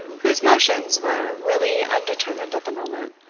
whose motions were really undetermined at the moment,